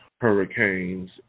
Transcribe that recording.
hurricanes